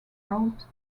out